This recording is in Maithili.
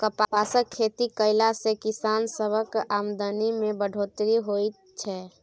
कपासक खेती कएला से किसान सबक आमदनी में बढ़ोत्तरी होएत छै